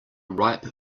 ripe